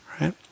right